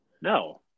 No